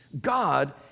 God